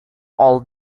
all